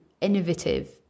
innovative